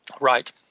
Right